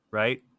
right